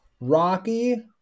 Rocky